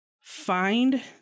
find